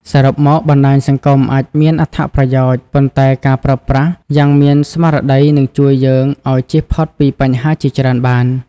សរុបមក បណ្តាញសង្គមអាចមានអត្ថប្រយោជន៍ ប៉ុន្តែការប្រើប្រាស់យ៉ាងមានស្មារតីនឹងជួយយើងឲ្យជៀសផុតពីបញ្ហាជាច្រើនបាន។